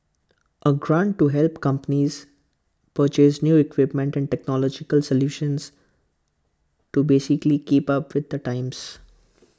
A grant to help companies purchase new equipment and technological solutions to basically keep up with the times